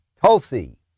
Tulsi